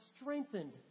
strengthened